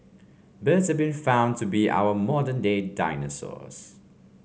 birds have been found to be our modern day dinosaurs